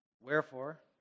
Wherefore